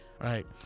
right